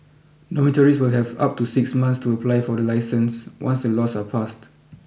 dormitories will have up to six months to apply for the licence once the laws are passed